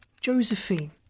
Josephine